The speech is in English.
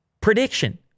prediction